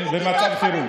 במצב חירום.